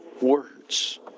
words